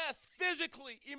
physically